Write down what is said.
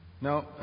Now